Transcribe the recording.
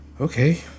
Okay